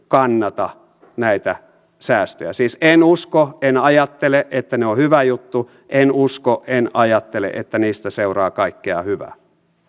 kannata näitä säästöjä siis en usko en ajattele että ne ovat hyvä juttu en usko en ajattele että niistä seuraa kaikkea hyvää